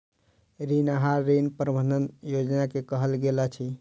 ऋण आहार, ऋण प्रबंधन योजना के कहल गेल अछि